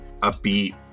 upbeat